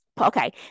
okay